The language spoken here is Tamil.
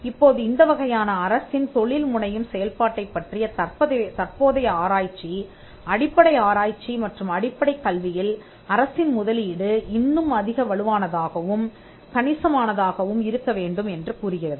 இப்போது இந்த வகையான அரசின் தொழில் முனையும் செயல்பாட்டைப் பற்றிய தற்போதைய ஆராய்ச்சி அடிப்படை ஆராய்ச்சி மற்றும் அடிப்படை கல்வியில் அரசின் முதலீடு இன்னும் அதிக வலுவானதாகவும் கணிசமானதாகவும் இருக்க வேண்டும் என்று கூறுகிறது